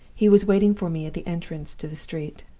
he was waiting for me at the entrance to the street.